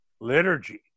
liturgy